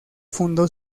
fundó